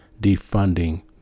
defunding